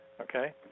Okay